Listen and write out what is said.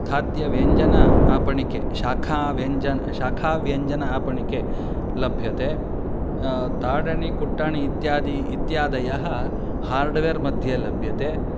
खाद्यव्यञ्जनम् आपणे शाखाव्यञ्जनं शाखाव्यञ्जनानि आपणे लभ्यते ताडणि कुट्टाणि इत्यादीनि इत्यादयः हार्डवेर् मध्ये लभ्यते